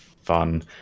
Fun